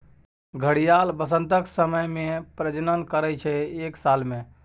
घड़ियाल बसंतक समय मे प्रजनन करय छै एक साल मे